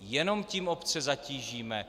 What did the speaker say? Jenom tím obce zatížíme.